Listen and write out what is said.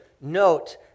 note